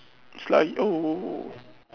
slightly oh